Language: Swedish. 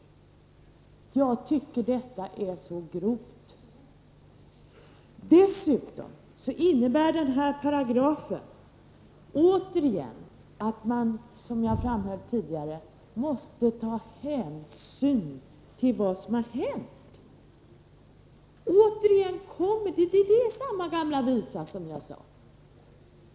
Det tycker jag är grovt. Den nämnda paragrafen innebär dessutom, som jag sade tidigare, att man måste ta hänsyn till vad som har hänt. Det är ju samma gamla visa som förut.